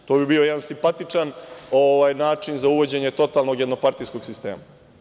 To bi bio jedan simpatični način za uvođenje totalnog jednopartijskog sistema.